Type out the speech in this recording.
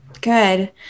Good